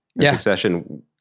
Succession